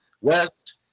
West